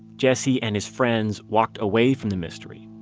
jesse and his friends walked away from the mystery.